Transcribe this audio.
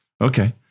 Okay